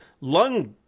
lung